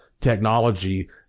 technology